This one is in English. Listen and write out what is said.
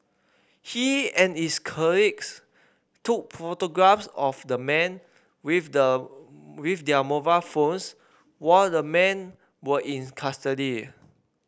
he and his colleagues took photographs of the men with the with their mobile phones while the men were in custody